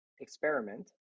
experiment